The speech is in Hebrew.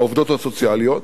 העובדות הסוציאליות,